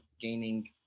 gaining